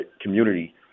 community